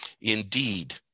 Indeed